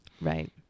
right